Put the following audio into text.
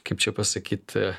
kaip čia pasakyt